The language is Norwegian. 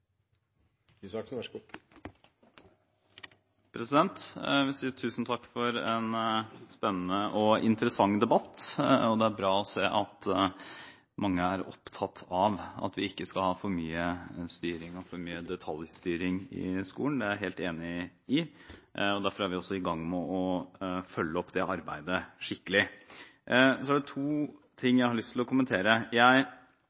bra å se at mange er opptatt av at vi ikke skal ha for mye detaljstyring i skolen. Det er jeg helt enig i. Derfor er vi også i gang med å følge opp det arbeidet skikkelig. Så er det to ting